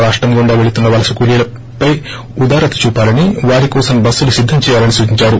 రాష్టం గుండా వెళ్తున్న వలస కూలీలపై ఉదారత చూపాలని వారి కోసం బస్సులు సిద్దం చేయాలని సూచించారు